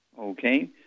Okay